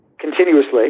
continuously